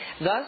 Thus